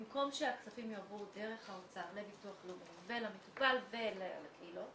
במקום שהכספים יועברו דרך האוצר לביטוח לאומי ולמטופל ולקהילות,